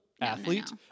athlete